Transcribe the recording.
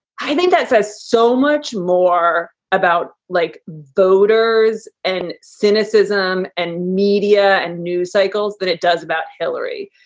i think that's ah so much more about like voters and cynicism and media and news cycles than it does about hillary.